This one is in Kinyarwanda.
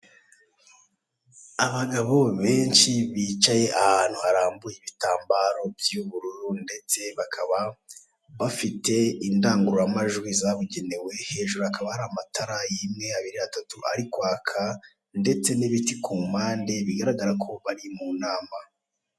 Abagabo benshi bicaye ahantu harambuye ibitambaro by'ubururu ndetse bakaba bafite indangururamajwi z'abugenewe, hejuru hakaba hari amatara rimwe, abiri, atatu ari kwaka ndetse n'ibiti ku mpande bigaragara ko bari mu nama.